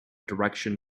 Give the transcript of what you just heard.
direction